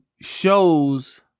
shows